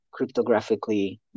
cryptographically